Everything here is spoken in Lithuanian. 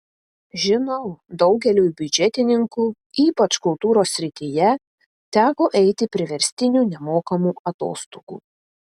žinau daugeliui biudžetininkų ypač kultūros srityje teko eiti priverstinių nemokamų atostogų